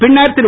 பின்னர் திரு